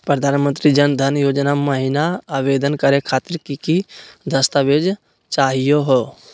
प्रधानमंत्री जन धन योजना महिना आवेदन करे खातीर कि कि दस्तावेज चाहीयो हो?